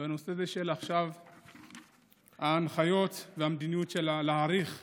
בנושא ההנחיות והמדיניות להארכת